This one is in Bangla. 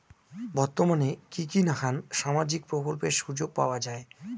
বর্তমানে কি কি নাখান সামাজিক প্রকল্পের সুযোগ পাওয়া যায়?